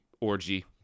Orgy